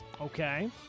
Okay